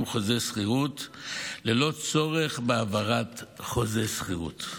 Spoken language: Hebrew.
חוזה שכירות ללא צורך בהעברת חוזה שכירות.